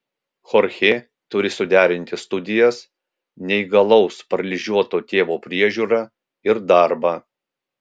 chorchė turi suderinti studijas neįgalaus paralyžiuoto tėvo priežiūrą ir darbą